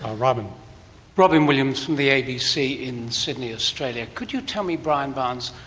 ah robyn robyn williams from the abc in sydney australia. could you tell me, brian barnes,